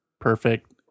Perfect